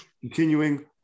continuing